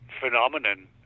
phenomenon